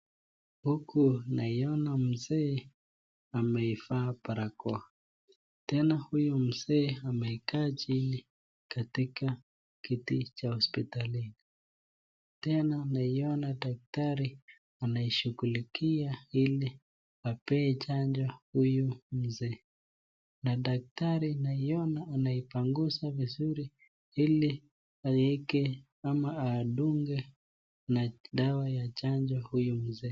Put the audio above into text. Huku naiona mzee ameivaa barakoa tena huyu mzee amekaa chini katika kiti ya hospitalini . Tena naiona daktari anaishughulikia ili apewe chanjo huyu mzee , na daktari naiona anaipanguza vizuri ili aweke ama adunge na dawa ya chanjo huyu mzee .